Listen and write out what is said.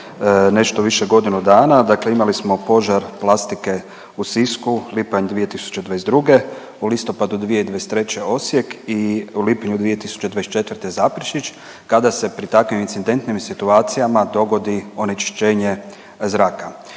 nešto više godinu dana. Dakle, imali smo požar plastike u Sisku lipanj 2022., u listopadu 2023. Osijek i u lipnju 2024. Zaprešić kada se pri takvim incidentnim situacijama dogodi onečišćenje zraka.